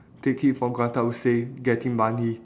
take it for granted I would say getting money